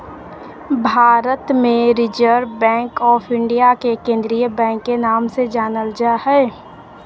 भारत मे reserve bank of India के केंद्रीय बैंक के नाम से जानल जा हय